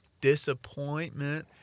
disappointment